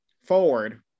forward